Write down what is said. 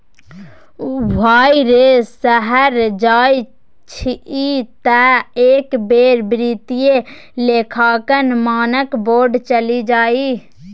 भाय रे शहर जाय छी तँ एक बेर वित्तीय लेखांकन मानक बोर्ड चलि जइहै